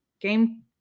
game